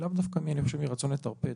לאו דווקא אני חושב מרצון לטרפד,